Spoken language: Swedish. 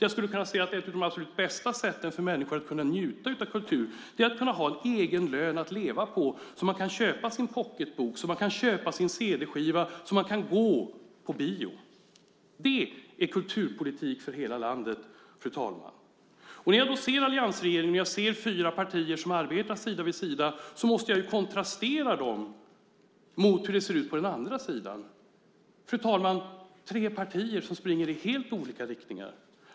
Jag skulle kunna säga att ett av de absolut bästa sätten för människor att kunna njuta av kultur är att ha en egen lön att leva på så att man kan köpa sin pocketbok och sin cd-skiva och gå på bio. Det är kulturpolitik för hela landet, fru talman. När jag ser alliansregeringen och fyra partier som arbetar sida vid sida måste jag kontrastera dem mot hur det ser ut på den andra sidan. Där finns, fru talman, tre partier som springer i helt olika riktningar.